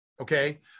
Okay